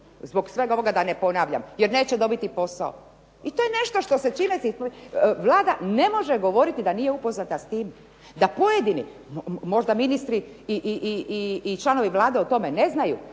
Zbog svega ovoga da ne ponavljam. Jer neće dobiti posao i to je nešto čime se, Vlada ne može govoriti da nije upoznata s tim. Da pojedini možda ministri i članovi Vlade o tome ne znaju,